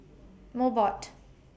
Mobot